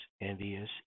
envious